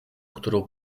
którą